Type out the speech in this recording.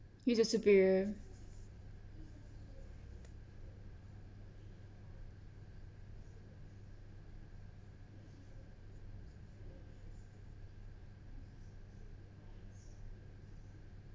he's your superior